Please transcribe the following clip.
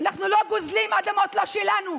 אנחנו לא גוזלים אדמות לא שלנו.